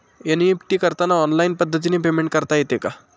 NEFT करताना online पद्धतीने payment करता येते का?